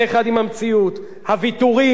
ההתרפסות בפני הצד השני,